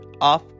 off